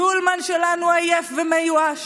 שולמן שלנו עייף ומיואש.